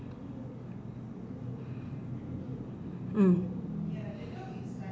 mm